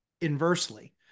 inversely